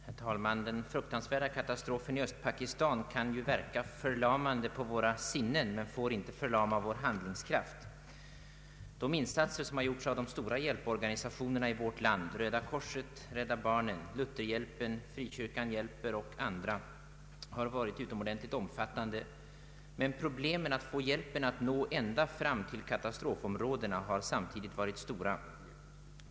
Herr talman! Den fruktansvärda katastrofen i Östpakistan kan verka förlamande på våra sinnen men får inte förlama vår handlingskraft. De insatser som gjorts av de stora hjälporganisationerna i vårt land, Röda korset, Räd da barnen, Lutherhjälpen, Frikyrkan hjälper och andra har varit utomordentligt omfattande, men problemen att få hjälpen att nå ända fram till katastrofområdet har samtidigt varit stora.